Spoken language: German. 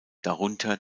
darunter